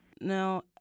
Now